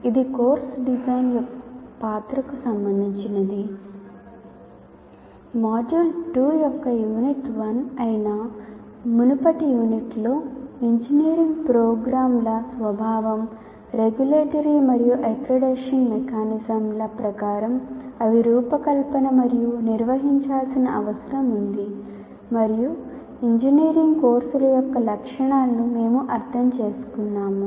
ఇది course design పాత్రకు సంబంధించినది మాడ్యూల్ 2 యొక్క యూనిట్ 1 అయిన మునుపటి యూనిట్లో ఇంజనీరింగ్ ప్రోగ్రామ్ల ప్రకారం అవి రూపకల్పన మరియు నిర్వహించాల్సిన అవసరం ఉంది మరియు ఇంజనీరింగ్ కోర్సుల యొక్క లక్షణాలను మేము అర్థం చేసుకున్నాము